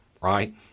right